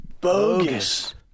Bogus